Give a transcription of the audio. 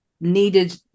needed